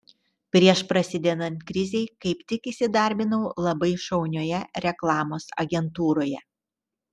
prieš prasidedant krizei kaip tik įsidarbinau labai šaunioje reklamos agentūroje